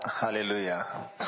Hallelujah